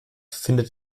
findet